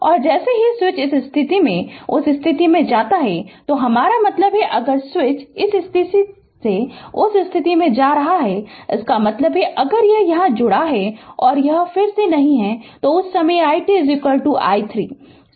और जैसे ही स्विच इस स्थिति से उस स्थिति में जाता है हमारा मतलब है अगर स्विच इस से उस स्थिति में जा रहा है इसका मतलब है अगर यह यहां जुड़ा हुआ है और यह फिर से नहीं है तो उस समय i t i 3 सही है